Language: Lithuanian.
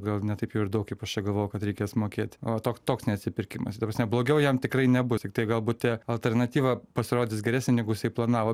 gal ne taip jau ir daug kaip aš čia galvojau kad reikės mokėti o toks neatsipirkimas ta prasme blogiau jam tikrai nebus tiktai gal bute alternatyva pasirodys geresnė negu jisai planavo